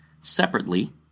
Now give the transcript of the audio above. separately